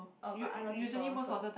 orh got other people also